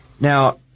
Now